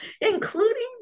including